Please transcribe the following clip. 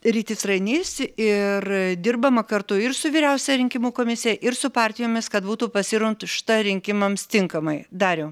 rytis rainys ir dirbama kartu ir su vyriausiąja rinkimų komisija ir su partijomis kad būtų pasiruonšta rinkimams tinkamai dariau